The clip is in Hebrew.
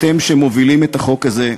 אתם, שמובילים את החוק הזה,